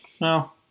no